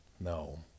No